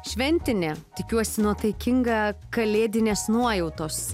šventinė tikiuosi nuotaikinga kalėdinės nuojautos